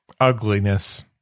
ugliness